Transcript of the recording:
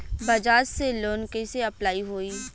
बजाज से लोन कईसे अप्लाई होई?